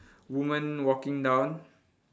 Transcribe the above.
woman walking down